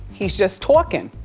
he's just talking.